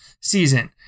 season